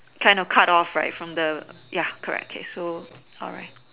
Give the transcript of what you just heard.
try to cut off right from the ya correct case so